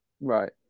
Right